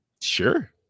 Sure